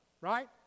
Right